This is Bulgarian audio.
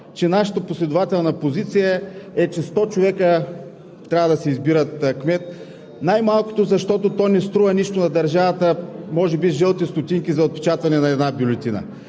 че нашата последователна позиция е, че 100 човека трябва да си избират кмет най-малкото защото то не струва нищо на държавата – може би жълти стотинки за отпечатване на една бюлетина.